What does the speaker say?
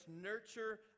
nurture